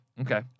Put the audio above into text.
Okay